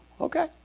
okay